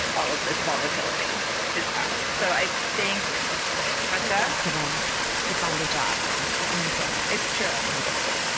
all of this volatility is past so i think i go back to them to find a job when the unemployment. it's true twenty percent.